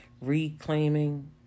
reclaiming